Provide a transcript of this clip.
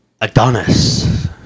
Adonis